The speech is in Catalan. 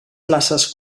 places